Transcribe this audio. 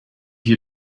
you